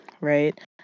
right